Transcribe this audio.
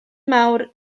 mawr